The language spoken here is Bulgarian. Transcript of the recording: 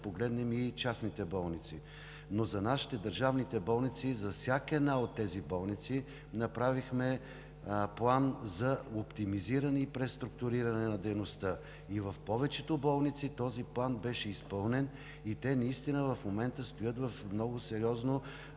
погледнем и частните болници. Но за нашите, държавните болници, за всяка една от тези болници направихме план за оптимизиране и преструктуриране на дейността и в повечето болници този план беше изпълнен, и те в момента стоят в много сериозно